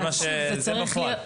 זה בפועל.